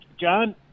John